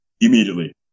Immediately